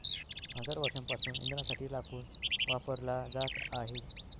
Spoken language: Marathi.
हजारो वर्षांपासून इंधनासाठी लाकूड वापरला जात आहे